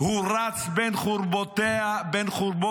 הוא רץ בין חורבות היישוב.